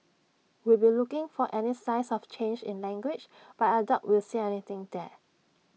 we'll be looking for any signs of change in language but I doubt we'll see anything there